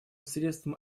средством